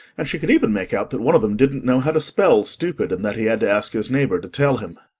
and she could even make out that one of them didn't know how to spell stupid, and that he had to ask his neighbour to tell him.